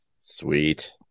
Sweet